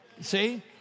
See